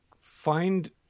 find